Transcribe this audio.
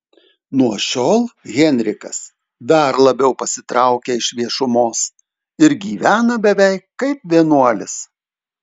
nuo šiol henrikas dar labiau pasitraukia iš viešumos ir gyvena beveik kaip vienuolis